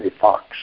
fox